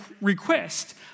request